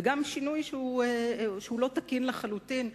וגם שינוי שהוא לא תקין לחלוטין,